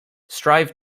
strive